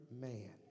man